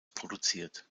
produziert